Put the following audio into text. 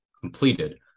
completed